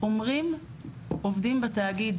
אומרים עובדים בתאגיד